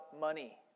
money